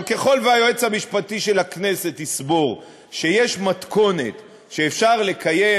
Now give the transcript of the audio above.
אבל ככל שהיועץ המשפטי של הכנסת יסבור שיש מתכונת שאפשר לקיים